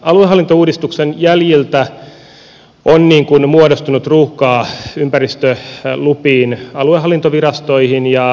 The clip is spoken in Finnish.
aluehallintouudistuksen jäljiltä on muodostunut ruuhkaa ympäristölupiin aluehallintovirastoissa ja se on haaste